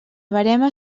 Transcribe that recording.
verema